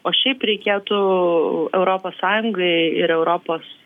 o šiaip reikėtų europos sąjungai ir europos